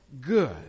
good